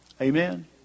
Amen